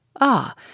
Ah